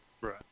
Right